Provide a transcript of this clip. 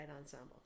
ensemble